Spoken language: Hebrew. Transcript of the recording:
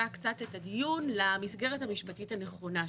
קצת את הדיון למסגרת המשפטית הנכונה שלו.